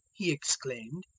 he exclaimed,